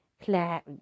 clap